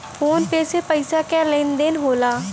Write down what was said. phone पे से पइसा क लेन देन होला